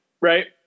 right